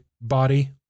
body